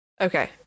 Okay